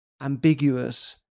ambiguous